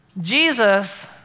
Jesus